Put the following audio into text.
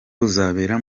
buzabera